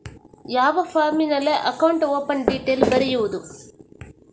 ಯಾವ ಫಾರ್ಮಿನಲ್ಲಿ account open detail ಬರೆಯುವುದು?